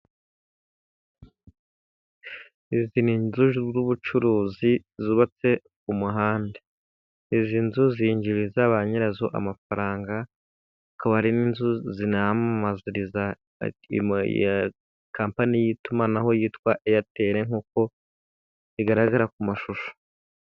Izi ni inzu z'ubucuruzi zubatse ku muhanda. izi nzu zinjiriza ba nyirazo amafaranga, zikaba ari n'inzu zinamamariza kampani y'itumanaho yitwa Eyateri nk'uko bigaragara ku mashusho.